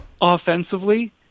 Offensively